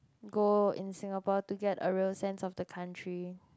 go in Singapore to get a real sense of the country